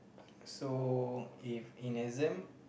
so if in exam